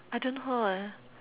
I don't know how leh